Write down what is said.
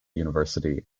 university